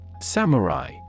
Samurai